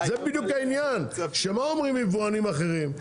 זה בדיוק העניין שמה אומרים יבואנים אחרים?